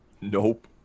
Nope